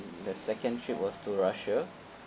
the second trip was to russia